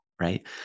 right